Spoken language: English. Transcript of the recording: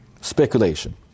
speculation